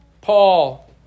Paul